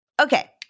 Okay